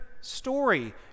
story